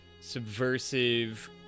subversive